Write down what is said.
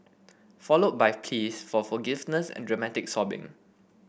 followed by pees for forgiveness and dramatic sobbing